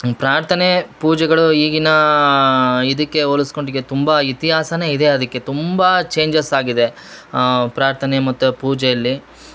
ಪ್ರಾರ್ಥನೆ ಪೂಜೆಗಳು ಈಗಿನ ಇದಕ್ಕೆ ಹೋಲಸ್ಕೊಂಡಿಕೆ ತುಂಬಾ ಇತಿಹಾಸನೇ ಇದೆ ಅದಕ್ಕೆ ತುಂಬಾ ಛೇಂಜಸ್ ಆಗಿದೆ ಪ್ರಾರ್ಥನೆ ಮತ್ತು ಪೂಜೆಯಲ್ಲಿ